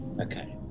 Okay